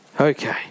Okay